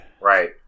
Right